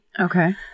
Okay